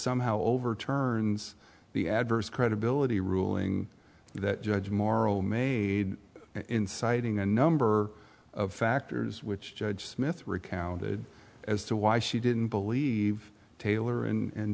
somehow overturns the adverse credibility ruling that judge morell made in citing a number of factors which judge smith recounted as to why she didn't believe taylor and